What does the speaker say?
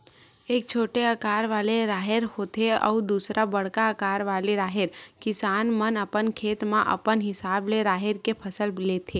एक छोटे अकार वाले राहेर होथे अउ दूसर बड़का अकार वाले राहेर, किसान मन अपन खेत म अपन हिसाब ले राहेर के फसल लेथे